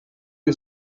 que